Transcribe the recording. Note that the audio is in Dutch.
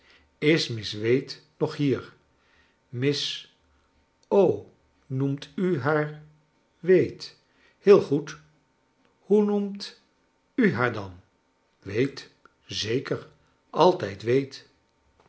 is miss wade nog hier miss o noemt u haar wade heel goed hoe noemt u haar dan wade zeker altijcl wade